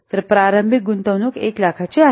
तर प्रारंभिक गुंतवणूक 1000000 ची आहे